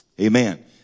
Amen